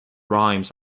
rhymes